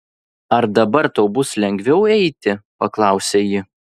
ar dabar tau bus lengviau eiti paklausė ji